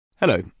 Hello